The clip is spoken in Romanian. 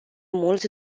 mult